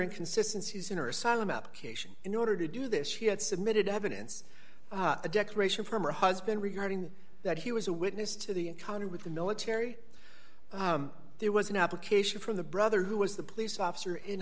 inconsistency sooner asylum application in order to do this she had submitted evidence a declaration from or husband regarding that he was a witness to the encounter with the military there was an application from the brother who was the police officer in